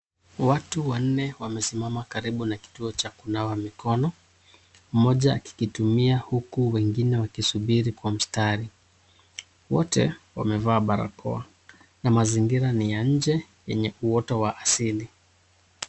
Watu wanne wamesimama karibu na kituo cha kunawa mikono. Mmoja akikitumia huku wengine wakisubiri kwa mstari. Wote wamevaa barakoa na mazingira ni ya nje yenye uoto wa asili.